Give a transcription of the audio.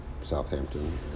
Southampton